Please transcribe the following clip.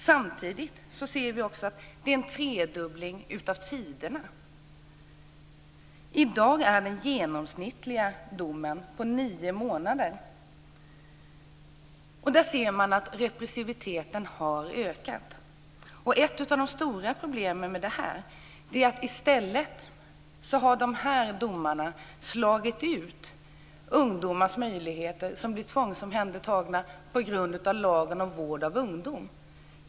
Samtidigt ser vi att det är en tredubbling av tiderna. I dag är den genomsnittliga domen på nio månader. Där ser man att repressiviteten har ökat. Ett av de stora problemen med detta är att de här domarna har slagit ut de ungdomar som blir tvångsomhändertagna på grund av lagen om vård av ungdom och deras möjligheter.